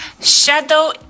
shadow